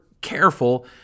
Careful